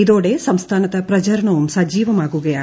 ഇതോടെ സംസ്ഥാനത്ത് പ്രചാരണവും സജീവമാകുകയാണ്